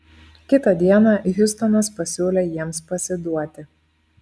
kitą dieną hiustonas pasiūlė jiems pasiduoti